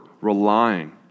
relying